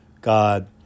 God